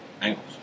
angles